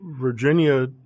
Virginia